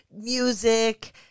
music